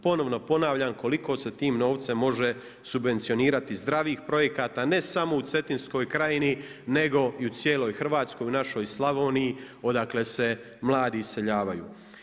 Ponovno ponavljam koliko se tim novcem može subvencionirati zdravih projekata ne samo u Cetinskoj krajini, nego i u cijeloj Hrvatskoj, našoj Slavoniji odakle se mladi iseljavaju.